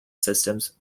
systems